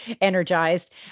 energized